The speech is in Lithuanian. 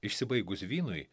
išsibaigus vynui